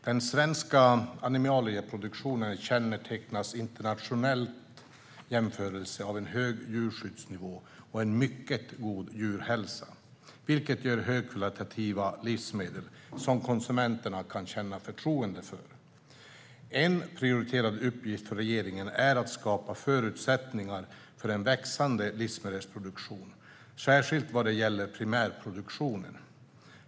Den svenska animalieproduktionen kännetecknas i internationell jämförelse av en hög djurskyddsnivå och en mycket god djurhälsa, vilket ger högkvalitativa livsmedel som konsumenterna kan känna förtroende för. En prioriterad uppgift för regeringen är att skapa förutsättningar för en växande livsmedelsproduktion, särskilt vad gäller primärproduktionen.